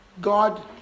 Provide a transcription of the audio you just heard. God